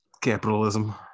capitalism